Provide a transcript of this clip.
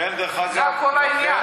זה כל העניין.